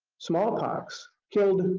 smallpox killed,